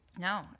No